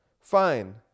Fine